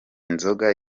nzoga